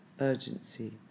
urgency